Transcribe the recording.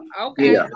Okay